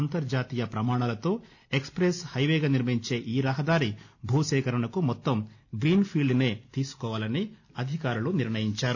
అంతర్జాతీయ ప్రమాణాలతో ఎక్స్పెస్ హైవేగా నిర్మించే ఈ రహదారి భూసేకరణకు మొత్తం గ్రీన్ఫీల్డ్నే తీసుకోవాలని అధికారులు నిర్ణయించారు